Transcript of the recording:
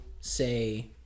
say